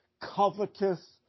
covetous